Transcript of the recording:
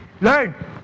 Learn